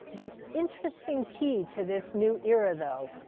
the interesting key to this new era, though,